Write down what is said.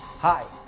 hi,